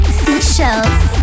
seashells